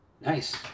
Nice